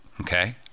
okay